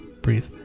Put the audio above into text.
Breathe